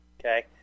okay